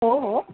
हो हो